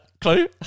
Clue